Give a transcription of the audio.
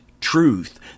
truth